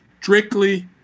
strictly